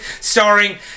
starring